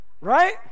Right